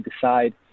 decide